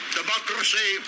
Democracy